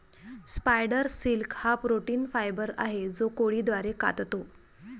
spider silk हा protein fibre आहे जो कोळी द्वारे काततो